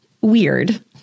weird